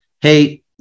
hey